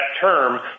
term